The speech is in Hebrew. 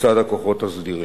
לצד הכוחות הסדירים.